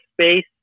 space